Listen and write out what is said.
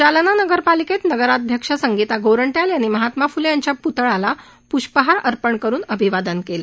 जालना नगरपालिकेत नगराध्यक्षा संगीता गोरंट्याल यांनी महात्मा फ्ले यांच्या पूर्णाकृती पृतळ्यास पृष्पहार अपर्ण करुन अभिवादन केलं